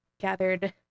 gathered